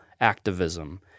activism